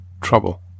trouble